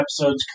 episodes